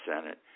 Senate